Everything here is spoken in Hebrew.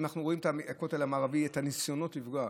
אנחנו רואים את הכותל המערבי, את הניסיונות לפגוע.